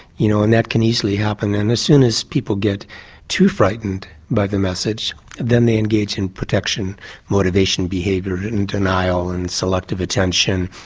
you know, and that can easily happen. and then as soon as people get too frightened by the message then they engage in protection motivation behaviour and denial and selective attention,